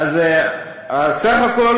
אז סך הכול